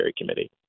Committee